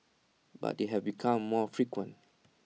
but they have become more frequent